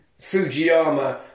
Fujiyama